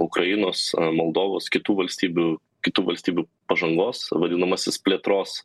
ukrainos moldovos kitų valstybių kitų valstybių pažangos vadinamasis plėtros